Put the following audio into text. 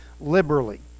liberally